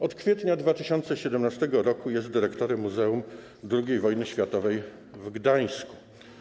Od kwietnia 2017 r. jest dyrektorem Muzeum II Wojny Światowej w Gdańsku.